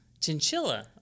Chinchilla